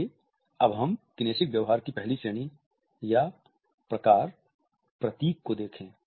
आइए अब हम किनेसिक व्यवहार की पहली श्रेणी या प्रकार प्रतीक को देखें